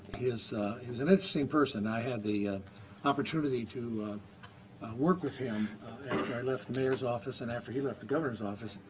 he was an interesting person. i had the opportunity to work with him after i left the mayor's office and after he left governor's office.